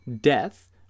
death